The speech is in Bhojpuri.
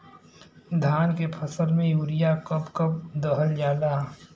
धान के फसल में यूरिया कब कब दहल जाला?